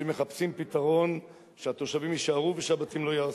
שמחפשים פתרון שהתושבים יישארו ושהבתים לא ייהרסו.